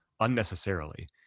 unnecessarily